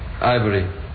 Ivory